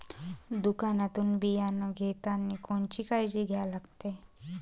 दुकानातून बियानं घेतानी कोनची काळजी घ्या लागते?